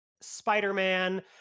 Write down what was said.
Spider-Man